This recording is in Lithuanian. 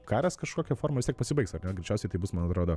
karas kažkokia forma vis tiek pasibaigs ar ne greičiausiai tai bus man atrodo